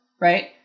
right